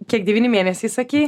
kiek devyni mėnesiai sakei